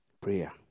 Prayer